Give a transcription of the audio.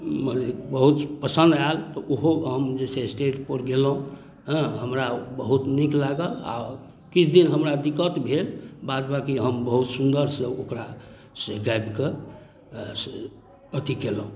बहुत पसन्द आएल तऽ ओहो हम जे छै से स्टेज पर गयलहुँ हँ हमरा बहुत निक लागल आ किछु दिन हमरा दिक्कत भेल बाद बाँकि हम बहुत सुन्दरसँ ओकरा से गाबि कऽ से अथि कयलहुँ